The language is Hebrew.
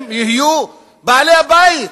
הם יהיו בעלי-הבית,